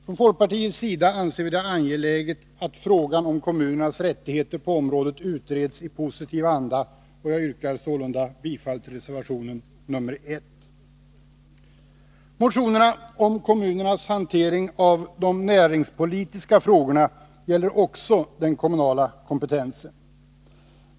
Från folkpartiets sida anser vi det angeläget att frågan om kommunernas rättigheter på området utreds i positiv anda, och jag yrkar sålunda bifall till reservation År Motionerna om kommunernas hantering av de näringspolitiska frågorna gäller också den kommunala kompetensen.